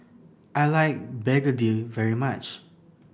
I like Begedil very much